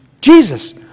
Jesus